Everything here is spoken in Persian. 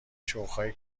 شغلهایی